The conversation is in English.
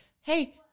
hey